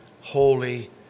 holy